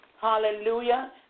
hallelujah